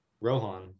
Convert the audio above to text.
Rohan